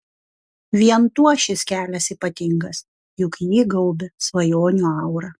vien tuo šis kelias ypatingas juk jį gaubia svajonių aura